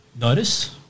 notice